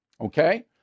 okay